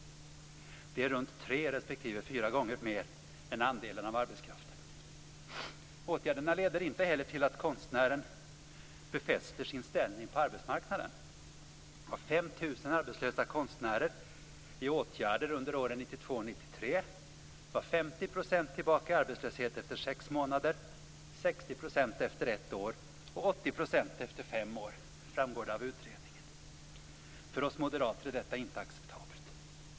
Det är runt tre respektive fyra gånger mer än andelen av arbetskraften. Åtgärderna leder inte heller till att konstnären befäster sin ställning på arbetsmarknaden. Av 5 000 1993 var 50 % tillbaka i arbetslöshet efter sex månader, 60 % efter ett år och 80 % efter fem år. Detta framgår av utredningen. För oss moderater är det här inte acceptabelt.